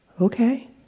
Okay